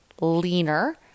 leaner